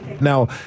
Now